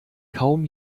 kaum